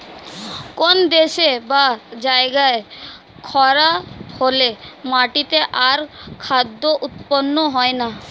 কোন দেশে বা জায়গায় খরা হলে মাটিতে আর খাদ্য উৎপন্ন হয় না